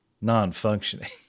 non-functioning